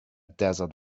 desert